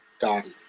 Dottie